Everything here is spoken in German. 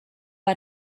bei